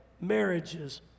marriages